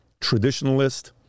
Traditionalist